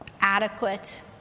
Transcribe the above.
adequate